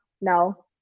No